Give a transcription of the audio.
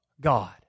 God